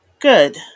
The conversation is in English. Good